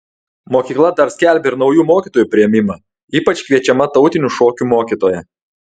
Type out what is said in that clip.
mokykla dar skelbia ir naujų mokytojų priėmimą ypač kviečiama tautinių šokių mokytoja